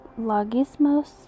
logismos